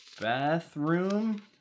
Bathroom